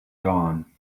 dawn